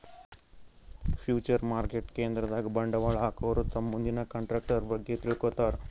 future market ಕೇಂದ್ರದಾಗ್ ಬಂಡವಾಳ್ ಹಾಕೋರು ತಮ್ ಮುಂದಿನ ಕಂಟ್ರಾಕ್ಟರ್ ಬಗ್ಗೆ ತಿಳ್ಕೋತಾರ್